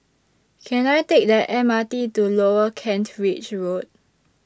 Can I Take The M R T to Lower Kent Ridge Road